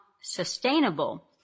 sustainable